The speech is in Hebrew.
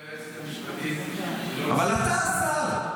היועצת המשפטית -- אבל אתה השר.